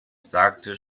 sagte